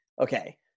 okay